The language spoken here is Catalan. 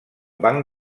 banc